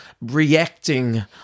reacting